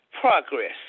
progress